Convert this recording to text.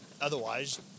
otherwise